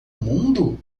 mundo